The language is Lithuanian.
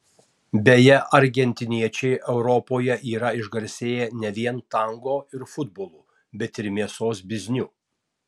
beje argentiniečiai europoje yra išgarsėję ne vien tango ir futbolu bet ir mėsos bizniu